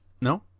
No